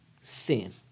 sin